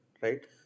right